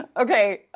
Okay